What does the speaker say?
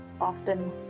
often